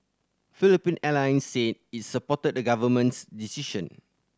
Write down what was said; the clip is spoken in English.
Philippine Airlines said it supported the government's decision